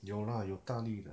有 lah 有大粒的